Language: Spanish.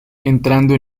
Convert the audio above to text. entrando